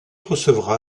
recevra